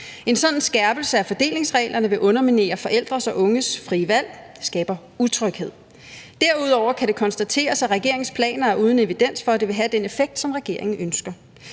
En sådan skærpelse af fordelingsreglerne vil underminere forældres og unges frie valg. Det skaber utryghed. Derudover kan det konstateres, at regeringens planer er uden evidens for, at det vil have den effekt, regeringen ønsker.